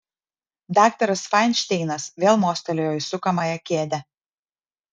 daktaras fainšteinas vėl mostelėjo į sukamąją kėdę